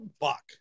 Buck